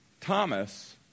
Thomas